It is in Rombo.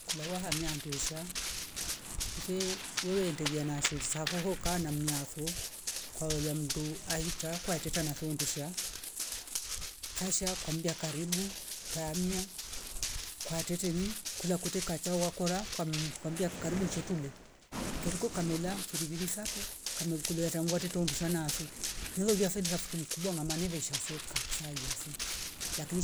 Kula waha miya enduasha ife uwe ndelia na shuuzavo ho kana miafo kwa holia mndu haita kwaiteta na fuo ndusha kasha kwambia karibu tamia kwatete nyi kula kwete kachawa wakora kwa mmh kwambia karibu nccho tule kiriko kamela firiviri satu kamekulea tangu wateta undusha nafe mlolia fe ndrafiki mkubwa nganimi sha seka ksai yase lakini